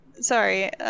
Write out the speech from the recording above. sorry